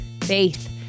faith